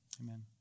amen